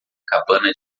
cabana